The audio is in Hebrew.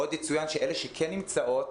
עוד יצוין שאלה שכן נמצאות,